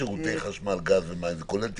"שירותי חשמל, גז, מים" זה כולל תיקונים?